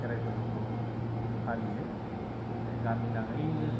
खेराय फोरबोखौ फालियो गामि नाङैनो